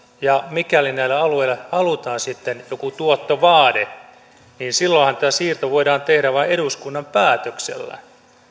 ja mikäli näille alueille halutaan sitten joku tuottovaade niin silloinhan tämä siirto tuottovaateen alaisuuteen voidaan tehdä vain eduskunnan päätöksellä